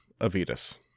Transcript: Avidus